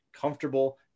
comfortable